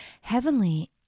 heavenly